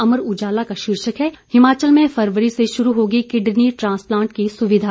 अमर उजाला का शीर्षक है हिमाचल में फरवरी से शुरू होगी किडनी ट्रांसप्लांट की सुविधा